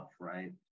right